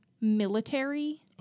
military